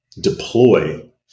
deploy